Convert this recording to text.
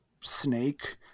snake